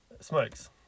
Smokes